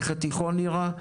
איך התיכון נראה,